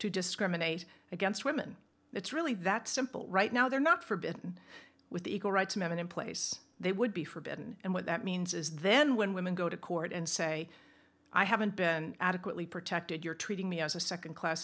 to discriminate against women it's really that simple right now they're not for been with the equal rights men in place they would be for been and what that means is then when women go to court and say i haven't been adequately protected you're treating me as a nd class